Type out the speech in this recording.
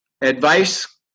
advice